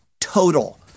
total